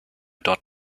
dort